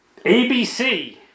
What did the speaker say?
ABC